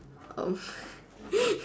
um